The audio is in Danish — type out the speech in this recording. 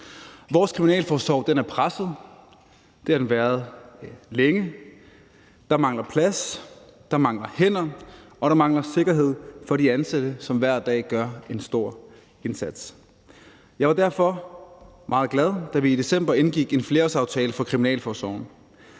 Vores kriminalforsorg er presset. Det har den været længe. Der mangler plads, der mangler hænder, og der mangler sikkerhed for de ansatte, som hver dag gør en stor indsats. Jeg var derfor meget glad, da vi i december indgik en flerårsaftale om kriminalforsorgen.